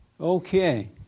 Okay